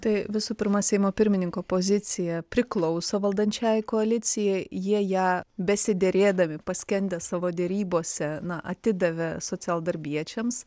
tai visų pirma seimo pirmininko pozicija priklauso valdančiajai koalicijai jie ją besiderėdami paskendę savo derybose na atidavė socialdarbiečiams